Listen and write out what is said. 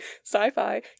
Sci-fi